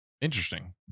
Interesting